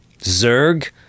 Zerg